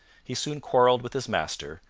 he soon quarrelled with his master,